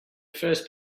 first